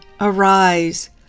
arise